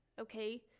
okay